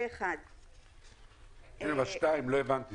זה סעיף 4(1). אבל את סעיף 4(2) לא הבנתי.